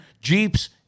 Jeeps